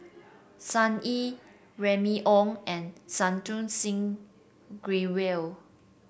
Sun Yee Remy Ong and Santokh Singh Grewal